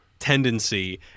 tendency